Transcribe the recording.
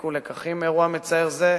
שיפיקו לקחים מאירוע מצער זה,